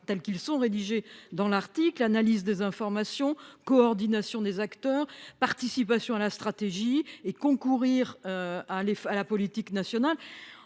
ces axes sont décrits dans l’article – analyse des informations, coordination des acteurs, participation à la stratégie et concours à la politique nationale